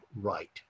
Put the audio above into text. right